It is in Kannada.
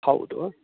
ಹೌದು